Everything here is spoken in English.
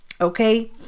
okay